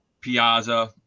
Piazza